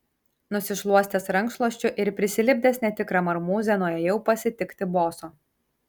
nusišluostęs rankšluosčiu ir prisilipdęs netikrąją marmūzę nuėjau pasitikti boso